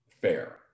Fair